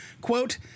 Quote